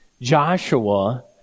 Joshua